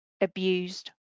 abused